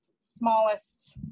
smallest